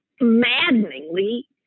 maddeningly